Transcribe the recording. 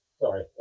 Sorry